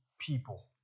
people